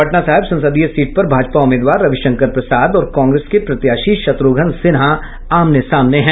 पटना साहिब संसदीय सीट पर भाजपा उम्मीदवार रविशंकर प्रसाद और कांग्रेस के प्रत्याशी शत्र्घ्न सिन्हा आमने सामने है